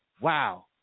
wow